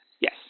Yes